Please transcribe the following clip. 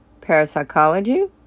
parapsychology